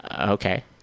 Okay